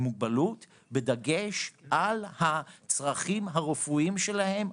מוגבלות בדגש על הצרכים הרפואיים שלהם,